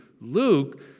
Luke